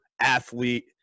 athlete